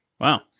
Wow